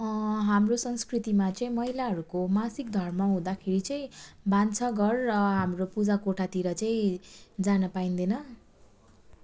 हाम्रो संस्कृतिमा चाहिँ महिलाहरूको मासिक धर्म हुँदाखेरि चाहिँ भान्साघर र हाम्रो पूजाकोठातिर चाहिँ जान पाइँदैन